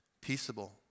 peaceable